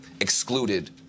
excluded